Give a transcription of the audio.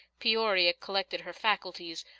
peoria collected her faculties,